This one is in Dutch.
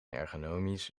ergonomisch